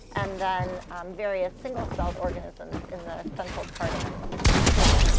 and then various single-celled organisms in the central part of this tree.